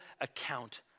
account